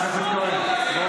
חבר הכנסת כהן, בוא,